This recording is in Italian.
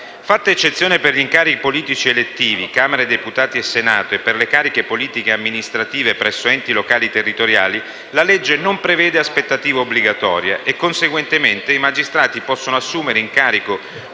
Fatta eccezione per gli incarichi politici elettivi nazionali (Camera dei deputati e Senato della Repubblica) e per le cariche politiche e amministrative presso enti locali territoriali, la legge non prevede aspettativa obbligatoria e, conseguentemente, i magistrati possono assumere incarichi